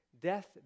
Death